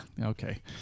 okay